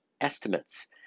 estimates